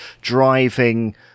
driving